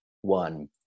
one